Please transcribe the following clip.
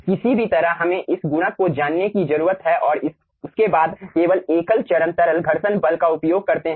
किसी भी तरह हमें इस गुणक को जानने की जरूरत है और उसके बाद केवल एकल चरण तरल घर्षण बल का उपयोग करते हैं